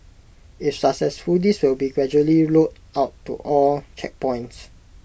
if successful this will be gradually rolled out to all checkpoints